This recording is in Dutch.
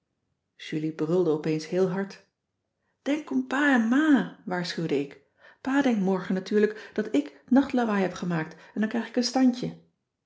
brulde opeens heel hard denk om pa en ma waarschuwde ik pa denkt morgen natuurlijk dat ik nachtlawaai heb gemaakt en dan krijg ik een standje